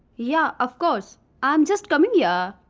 yeah, of course. i am just coming, yeah ah